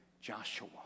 Joshua